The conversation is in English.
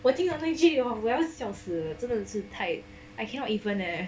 我听得内句我要笑死了真的 I cannot even leh